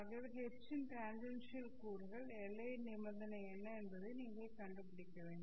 ஆகவே H இன் tangential கூறுகள் எல்லை நிபந்தனை என்ன என்பதை நீங்கள் கண்டுபிடிக்க வேண்டும்